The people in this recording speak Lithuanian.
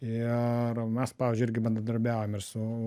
ir mes pavyzdžiui irgi bendradarbiaujam ir su